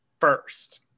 first